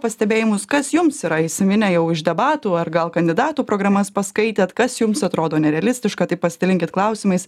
pastebėjimus kas jums yra įsiminę jau iš debatų ar gal kandidatų programas paskaitėt kas jums atrodo nerealistiška tai pasidalinkit klausimais